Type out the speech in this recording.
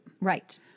Right